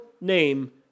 name